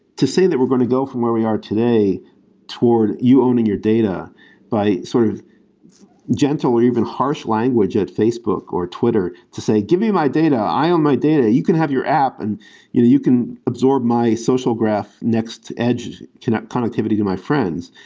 to say that we're going to go from where we are today toward you owning your data by sort of gentle or even harsh language at facebook or twitter to say, give me my data. i own my data. you can have your app and you you can absorb my social graph next edge connectivity to my friends,